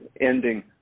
ending